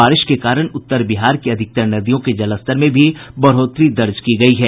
बारिश के कारण उत्तर बिहार की अधिकतर नदियों के जलस्तर में बढ़ोतरी हुई है